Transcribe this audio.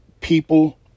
people